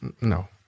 No